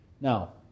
Now